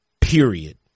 period